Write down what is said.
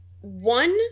one